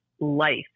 life